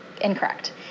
Incorrect